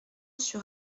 sur